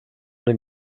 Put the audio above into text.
den